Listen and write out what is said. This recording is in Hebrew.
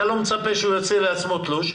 אתה לא מצפה שיוציא לעצמו תלוש,